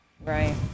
Right